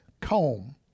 comb